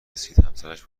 رسیدهمسرش